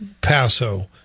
Paso